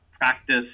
practice